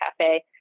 cafe